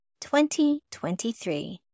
2023